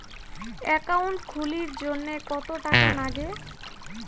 Account খুলির জন্যে কত টাকা নাগে?